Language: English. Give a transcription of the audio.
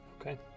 Okay